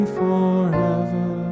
forever